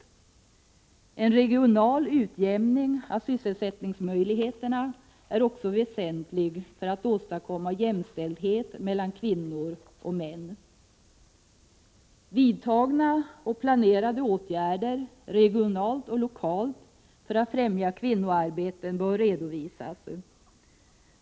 En regional utjämning av sysselsättningsmöjligheterna är också väsentlig för att vi skall åstadkomma jämställdhet mellan kvinnor och män. Vidtagna och planerade åtgärder — regionalt och lokalt — för främjande av kvinnoarbeten bör redovisas.